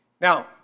Now